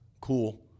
cool